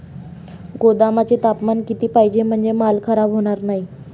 गोदामाचे तापमान किती पाहिजे? म्हणजे माल खराब होणार नाही?